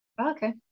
Okay